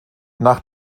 nach